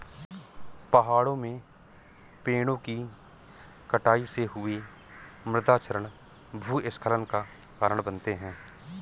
पहाड़ों में पेड़ों कि कटाई से हुए मृदा क्षरण भूस्खलन का कारण बनते हैं